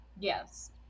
Yes